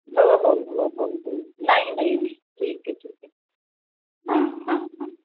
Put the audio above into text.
हो हो हो हो हो नाही नाही नाही ठीक आहे ठीक आहे हां हां हां